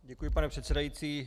Děkuji, pane předsedající.